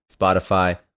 Spotify